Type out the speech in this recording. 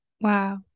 Wow